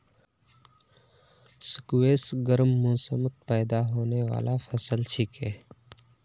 squash गर्म मौसमत पैदा होने बाला फसल छिके